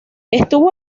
estuvo